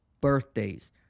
birthdays